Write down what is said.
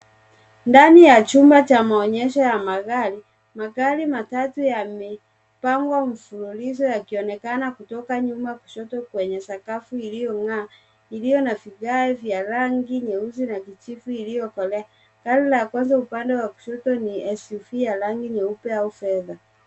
Ndani ya chumba cha maonyesho ya magari, magari matatu yamepangwa mfululizo yakionekana kutoka nyuma kushoto kwenye sakafu iliyong'aa, iliyo na vigae vya rangi nyeusi na kijivu iliyokolea. Gari la kwanza upande wa kushoto ni SUV ya rangi nyeupe au fedha.